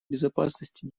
безопасности